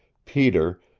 peter,